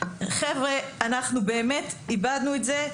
חבר'ה אנחנו באמת איבדנו את זה.